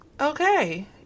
Okay